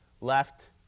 left